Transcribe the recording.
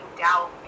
doubt